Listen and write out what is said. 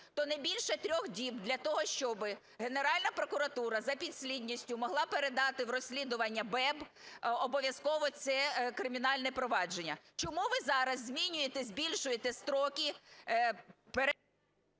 то не більше трьох діб для того, щоб Генеральна прокуратура за підслідністю могла передати в розслідування БЕБ обов'язково це кримінальне провадження. Чому ви зараз змінюєте, збільшуєте строки...